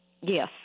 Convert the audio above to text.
Yes